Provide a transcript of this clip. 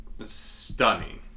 stunning